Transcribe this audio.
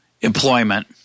employment